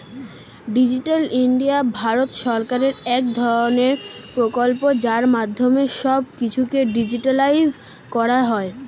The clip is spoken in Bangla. ডিজিটাল ইন্ডিয়া ভারত সরকারের এক ধরণের প্রকল্প যার মাধ্যমে সব কিছুকে ডিজিটালাইসড করা হয়